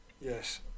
Yes